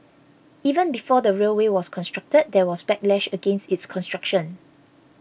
even before the railway was constructed there was backlash against its construction